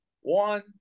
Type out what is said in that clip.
one-